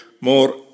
more